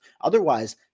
Otherwise